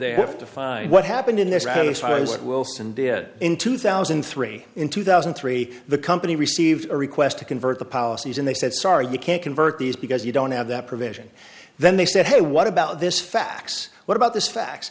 to find what happened in this wilson did in two thousand and three in two thousand and three the company received a request to convert the policies and they said sorry you can't convert these because you don't have that provision then they said hey what about this fax what about this fa